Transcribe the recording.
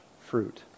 fruit